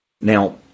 Now